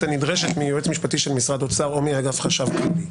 הנדרשת מיועץ משפטי של משרד אוצר או מאגף חשב כללי.